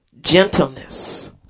gentleness